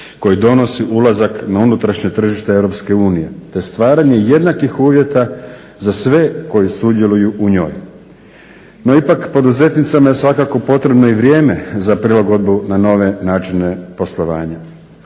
koji donosi ulazak na unutrašnje tržište Europske unije, te stvaranje jednakih uvjeta za sve koji sudjeluju u njoj. No ipak, poduzetnicama je svakako potrebno i vrijeme za prilagodbu na nove načine poslovanja.